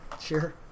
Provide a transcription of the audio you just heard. Sure